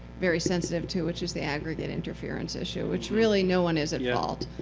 very sensitive to, which is the aggregate interference issue, which really no one is at yeah fault.